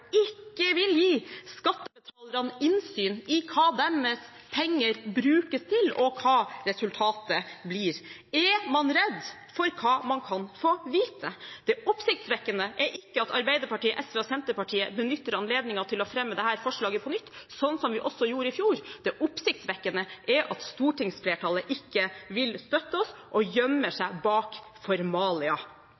deres penger brukes til, og hva resultatet blir? Er man redd for hva man kan få vite? Det oppsiktsvekkende er ikke at Arbeiderpartiet, SV og Senterpartiet benytter anledningen til å fremme dette forslaget på nytt – som vi gjorde i fjor. Det oppsiktsvekkende er at stortingsflertallet ikke vil støtte oss og gjemmer seg bak formalia.